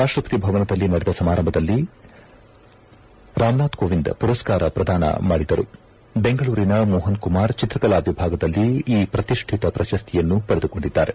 ರಾಷ್ಟಪತಿ ಭವನದಲ್ಲಿ ನಡೆದ ಸಮಾರಂಭದಲ್ಲಿ ರಾಮನಾಥ್ ಕೋವಿಂದ್ ಪುರಸ್ಕಾರ ಪ್ರದಾನ ಮಾಡಿದರು ಬೆಂಗಳೂರಿನ ಮೋಪನ್ ಕುಮಾರ್ ಚಿತ್ರಕಲಾ ವಿಭಾಗದಲ್ಲಿ ಈ ಪ್ರತಿಷ್ಠಿತ ಪ್ರಶಸ್ತಿಯನ್ನು ಪಡೆದುಕೊಂಡಿದ್ದಾರೆ